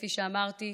כפי שאמרתי,